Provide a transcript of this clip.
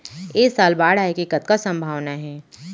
ऐ साल बाढ़ आय के कतका संभावना हे?